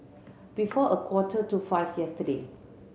before a quarter to five yesterday